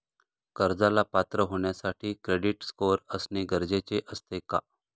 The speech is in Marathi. कर्जाला पात्र होण्यासाठी क्रेडिट स्कोअर असणे गरजेचे असते का?